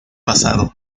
pasado